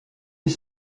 est